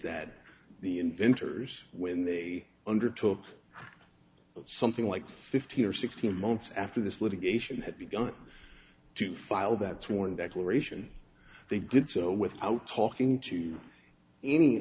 that the inventors when they undertook something like fifteen or sixteen months after this litigation had begun to file that sworn declaration they did so without talking to